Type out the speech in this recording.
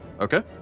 Okay